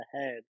ahead